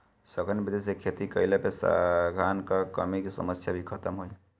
सघन विधि से खेती कईला पे खाद्यान कअ कमी के समस्या भी खतम होई